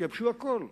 יבשו הכול.